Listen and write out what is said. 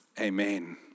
Amen